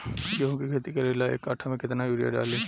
गेहूं के खेती करे ला एक काठा में केतना युरीयाँ डाली?